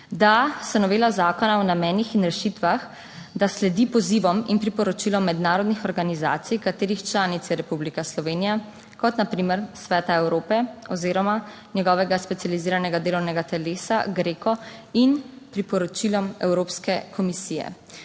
da novela zakona o namenih in rešitvah sledi pozivom in priporočilom mednarodnih organizacij, katerih članic je Republika Slovenija, kot na primer Sveta Evrope oziroma njegovega specializiranega delovnega telesa GRECO in priporočilom Evropske komisije.